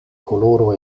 koloro